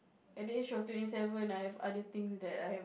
at the age of twenty seven I have other things that I have